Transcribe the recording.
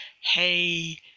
hey